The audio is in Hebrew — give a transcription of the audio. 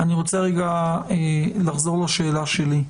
אני רוצה לחזור לשאלה שלי.